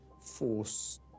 force